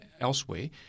elsewhere